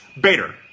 Bader